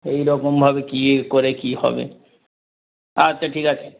এইরকমভাবে কী করে কী হবে আচ্ছা ঠিক আছে